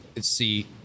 see